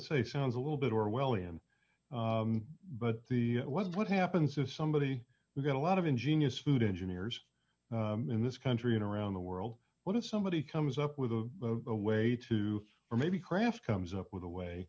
say sounds a little bit orwellian but the what happens if somebody's got a lot of ingenious food engineers in this country and around the world what if somebody comes up with a way to or maybe craft comes up with a way